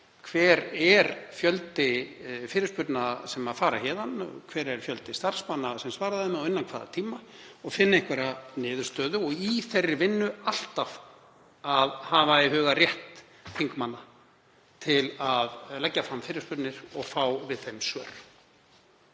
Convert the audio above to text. Hver er fjöldi fyrirspurna sem fara héðan? Hver er fjöldi starfsmanna sem svara þeim og innan hvaða tíma og finna einhverja niðurstöðu? Og í þeirri vinnu er alltaf að hafa í huga rétt þingmanna til að leggja fram fyrirspurnir og fá við þeim svör.